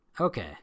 Okay